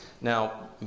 Now